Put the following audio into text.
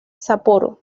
sapporo